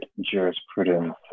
Jurisprudence